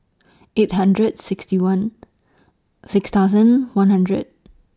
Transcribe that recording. eight thousand sixty one six thousand one hundred